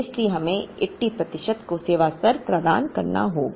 इसलिए यह हमें 80 प्रतिशत का सेवा स्तर प्रदान करेगा